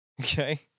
Okay